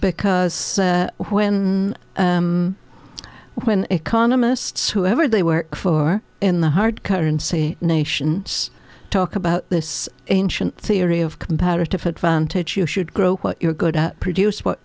because when when economists whoever they were for in the hard currency nations talk about this ancient theory of comparative advantage you should grow what you're good at produce what